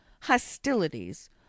hostilities